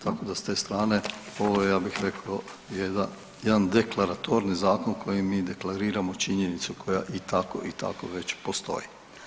Tako da s te strane ovo je ja bih rekao jedan deklaratorni zakon kojim mi deklariramo činjenicu koja i tako i tako već postoji.